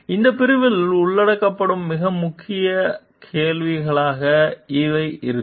எனவே இந்த பிரிவில் உள்ளடக்கப்படும் மிக முக்கிய கேள்விகளாக இவை இருக்கும்